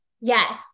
yes